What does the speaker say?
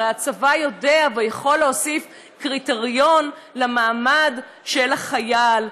הרי הצבא יודע ויכול להוסיף קריטריון למעמד של החייל,